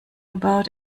about